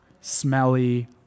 smelly